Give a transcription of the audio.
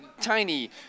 tiny